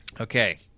Okay